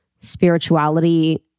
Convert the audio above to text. spirituality